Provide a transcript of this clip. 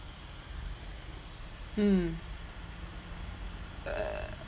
mm uh